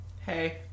Hey